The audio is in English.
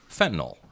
fentanyl